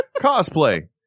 Cosplay